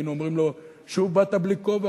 היינו אומרים לו: שוב באת בלי כובע?